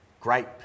Great